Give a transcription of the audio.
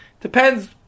Depends